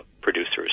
producers